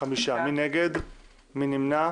הצבעה בעד, 5 נגד, אין נמנעים,